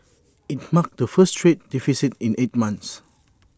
IT marked the first trade deficit in eight months